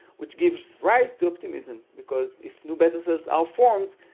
which gives rise to optimism because if new beta cells are formed,